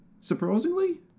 surprisingly